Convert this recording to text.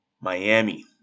Miami